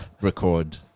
record